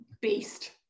Beast